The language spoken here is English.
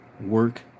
work